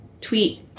Tweet